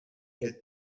què